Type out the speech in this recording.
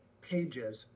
Pages